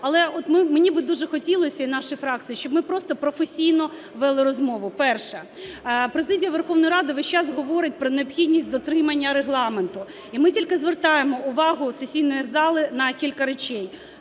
Але от мені би дуже хотілося і нашій фракції, щоб ми просто професійно вели розмову. Перше. Президія Верховної Ради весь час говорить про необхідність дотримання Регламенту. І ми тільки звертаємо увагу сесійної зали на кілька речей.